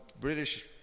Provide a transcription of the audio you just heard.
british